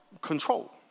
control